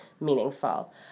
meaningful